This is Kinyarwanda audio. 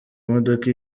imodoka